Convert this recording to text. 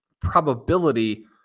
probability